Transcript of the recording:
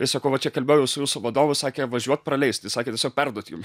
ir sakau va čia kalbėjau su jūsų vadovu sakė važiuot praleis tai sakė tiesiog perduot jum